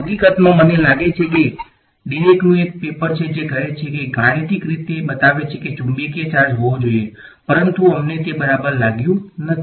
હકીકતમાં મને લાગે છે કે ડીરેકનુ એક પેપર છે જે કહે છે કે ગાણિતિક રીતે બતાવે છે કે ચુંબકીય ચાર્જ હોવો જોઈએ પરંતુ અમને તે બરાબર લાગ્યું નથી